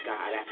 God